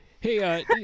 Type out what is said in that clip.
Hey